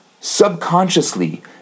subconsciously